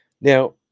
Now